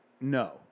No